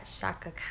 Shaka